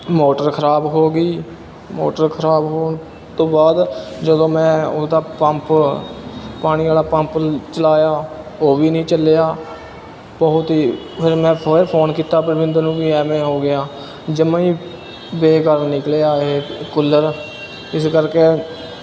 motor ਖਰਾਬ ਹੋ ਗਈ ਮੋਟਰ ਖਰਾਬ ਹੋਣ ਤੋਂ ਬਾਅਦ ਜਦੋਂ ਮੈਂ ਉਹਦਾ ਪੰਪ ਪਾਣੀ ਵਾਲਾ ਪੰਪ ਚਲਾਇਆ ਉਹ ਵੀ ਨਹੀਂ ਚੱਲਿਆ ਬਹੁਤ ਹੀ ਫਿਰ ਮੈਂ ਫਿਰ ਫੋਨ ਕੀਤਾ ਪਰਮਿੰਦਰ ਨੂੰ ਵੀ ਐਵੇਂ ਹੋ ਗਿਆ ਜਮ੍ਹਾਂ ਹੀ ਬੇਕਾਰ ਨਿਕਲਿਆ ਇਹ ਕੂਲਰ ਇਸ ਕਰਕੇ